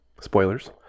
Spoilers